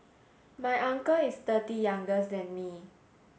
my uncle is thirty youngest than me